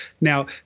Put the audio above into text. Now